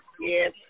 Yes